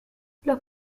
los